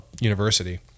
university